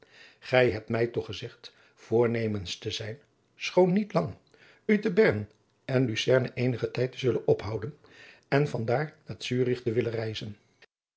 gij hebt mij toch gezegd voornemens te zijn schoon niet lang u te bern en lucerne eenigen tijd te zullen ophouden en van daar naar zurich te willen reizen